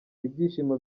ibyishimo